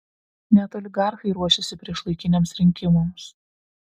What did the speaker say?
net oligarchai ruošiasi priešlaikiniams rinkimams